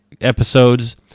episodes